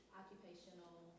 occupational